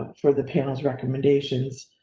for the panels recommendations.